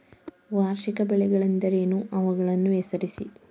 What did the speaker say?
ವಾರ್ಷಿಕ ಬೆಳೆಗಳೆಂದರೇನು? ಅವುಗಳನ್ನು ಹೆಸರಿಸಿ?